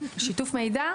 שיתוף מידע,